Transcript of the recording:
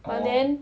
but then